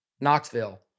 Knoxville